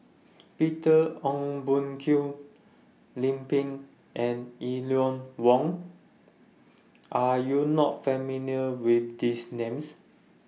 Peter Ong Boon Kwee Lim Pin and Eleanor Wong Are YOU not familiar with These Names